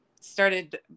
started